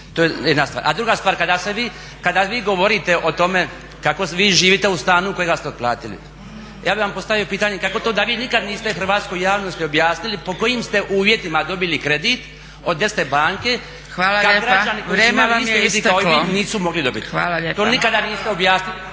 To je jedna stvar. A druga stvar, kada vi govorite o tome kako vi živite u stanu kojega ste otplatili ja bih vam postavio pitanje kako to da vi nikad niste hrvatskoj javnosti objasnili po kojim ste uvjetima dobili kredit od Erste banke kad građani koji su imali iste uvjete kao i vi nisu mogli dobiti? To nikada niste objasnili